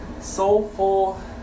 soulful